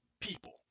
people